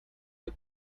you